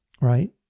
right